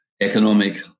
economic